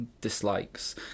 dislikes